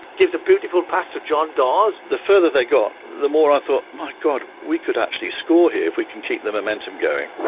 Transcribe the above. gives a beautiful pass to john dawes. the further they got, the more i thought, my god, we could actually score here if we can keep the momentum going,